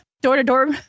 door-to-door